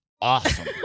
awesome